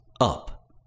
up